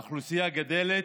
האוכלוסייה גדלה,